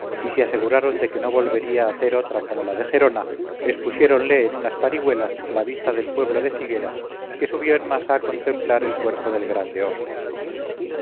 y se aseguraron de que no volvería hacer otra como la de gerona expusiéronle en unas parihuelas a la vista del pueblo de figueras que subió en masa a contemplar el cuerpo del grande hombre